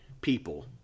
people